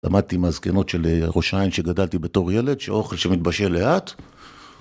למדתי מהזקנות של ראש העין שגדלתי בתור ילד, שאוכל שמתבשל לאט.